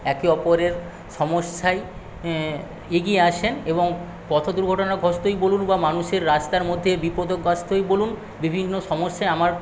একে ওপরের সমস্যায় এগিয়ে আসেন এবং পথ দুর্ঘটনাগ্রস্তই বলুন বা মানুষের রাস্তার মধ্যে বিপদগ্রস্তই বলুন বিভিন্ন সমস্যায় আমার